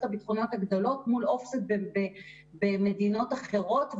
הביטחוניות הגדולות מול offset במדינות אחרות.